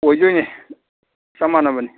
ꯑꯣꯏꯗꯣꯏꯅꯤ ꯆꯞ ꯃꯥꯟꯅꯕꯅꯤ